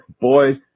Boy